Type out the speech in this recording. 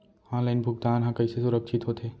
Online भुगतान हा कइसे सुरक्षित होथे?